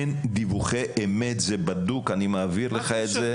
אין דיווחי אמת, זה בדוק, אני מעביר לך את זה.